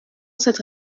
cette